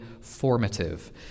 formative